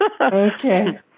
Okay